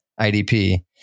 IDP